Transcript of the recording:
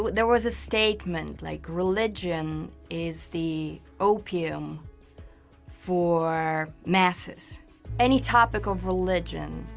there was a statement like religion is the opium for masses any topic of religion,